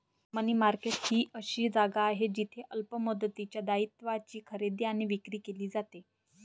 मनी market ही अशी जागा आहे जिथे अल्प मुदतीच्या दायित्वांची खरेदी आणि विक्री केली जाते